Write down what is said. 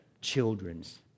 children's